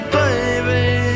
baby